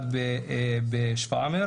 אחד בשפרעם,